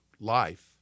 life